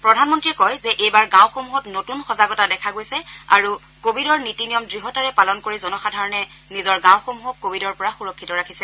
প্ৰধানমন্ত্ৰীয়ে কয় যে এইবাৰ গাঁওসমূহত নতুন সজাগতা দেখা গৈছে আৰু কোৱিডৰ নীতি নিয়ম দ্ঢ়তাৰে পালন কৰি জনসাধাৰণে নিজৰ গাঁওসমূহক কোৱিডৰ পৰা সুৰক্ষিত ৰাখিছে